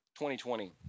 2020